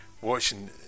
watching